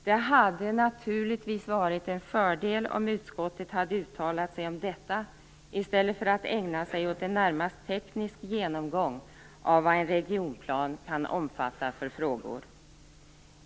Det hade naturligtvis varit en fördel om utskottet hade uttalat sig om detta i stället för att ägna sig åt en närmast teknisk genomgång av vilka frågor en regionplan kan omfatta.